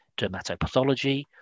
dermatopathology